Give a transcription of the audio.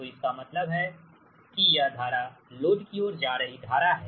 तो इसका मतलब है इसका मतलब है कि यह धारा लोड की ओर जा रही धारा है